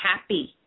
happy